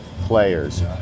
players